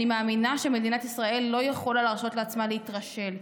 אני מאמינה שמדינת ישראל לא יכולה להרשות לעצמה להתרשל.